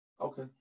Okay